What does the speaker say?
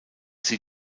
sie